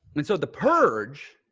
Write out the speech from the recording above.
and so the purge,